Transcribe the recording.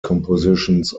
compositions